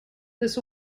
this